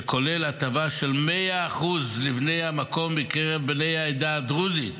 שכולל הטבה של 100% לבני המקום מקרב בני העדה הדרוזית,